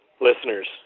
listeners